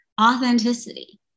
authenticity